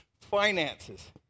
finances